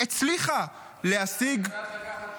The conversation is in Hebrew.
הצליחה להשיג -- היא יודעת לקחת שוחד,